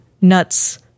nuts